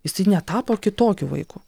jisai netapo kitokiu vaiku